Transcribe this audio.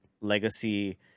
legacy